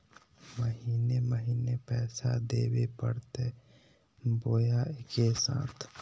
महीने महीने पैसा देवे परते बोया एके साथ?